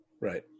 Right